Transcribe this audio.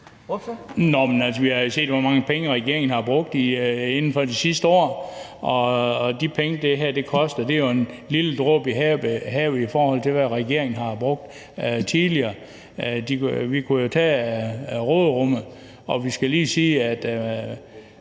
altså, vi har jo set, hvor mange penge regeringen har brugt inden for de sidste år, og de penge, det her koster, er jo en lille dråbe i havet, i forhold til hvad regeringen har brugt tidligere. Vi kunne jo tage af råderummet, og vi skal jo lige sige, at